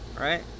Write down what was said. right